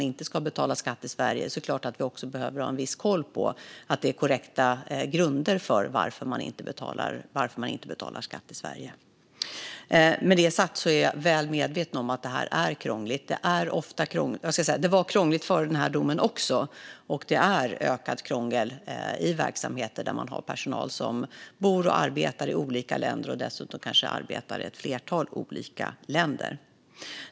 Vi behöver såklart ha en viss koll på att det finns korrekta grunder för att inte betala skatt i Sverige. Med det sagt är jag väl medveten om att det här är krångligt. Det var krångligt även före domen. Och det är ökat krångel i verksamheter som har personal som bor och arbetar i olika länder. De kanske dessutom arbetar i ett flertal olika länder.